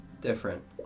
different